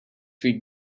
week